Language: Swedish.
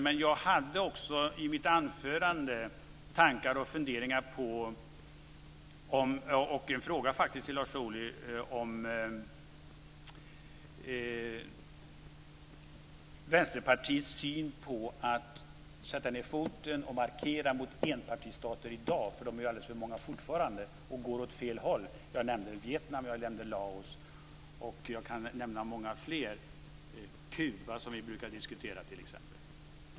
Men jag hade också i mitt anförande tankar, funderingar, och faktiskt en fråga till Lars Ohly om Vänsterpartiets syn på att sätta ned foten och markera mot enpartistater i dag. De är ju fortfarande alldeles för många, och de går åt fel håll. Jag nämnde Vietnam och Laos, och jag kan nämna många fler länder, t.ex. Kuba som vi brukar diskutera.